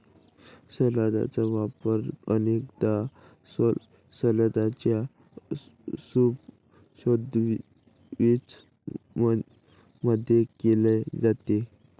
सलादचा वापर अनेकदा सलादच्या सूप सैंडविच मध्ये केला जाते